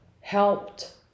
helped